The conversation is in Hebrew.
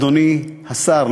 אדוני השר,